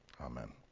amen